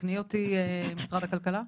תקני אותי, משרד הכלכלה.